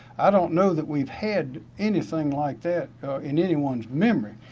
i don't know that we've had anything like that in anyone's memory.